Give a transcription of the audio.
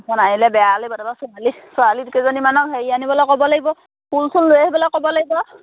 সেইখন আঁৰিলে বেয়া লাগিব তাৰপৰা ছোৱালী ছোৱালীকেইজনীমানক হেৰি আনিবলৈ ক'ব লাগিব ফুল চুল লৈ আহিবলৈ ক'ব লাগিব